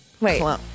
Wait